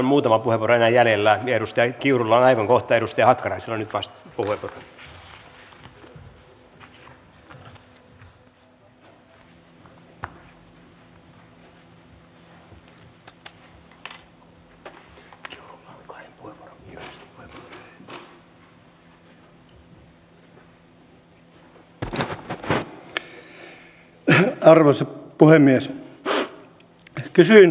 useampaan otteeseen on perustellusti herännyt epäilys siitä miten tosissaan oppositio oikeasti on välikysymyksiä viljellessään